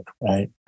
right